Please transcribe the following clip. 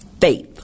faith